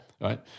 Right